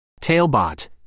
Tailbot